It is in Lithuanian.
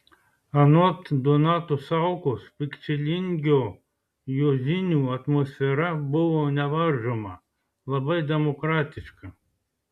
anot donato saukos pikčilingio juozinių atmosfera buvo nevaržoma labai demokratiška